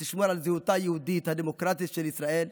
שתשמור על זהותה היהודית הדמוקרטית של ישראל,